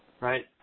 right